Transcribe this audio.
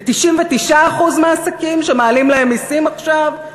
ל-99% מהעסקים שמעלים להם מסים עכשיו?